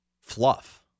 fluff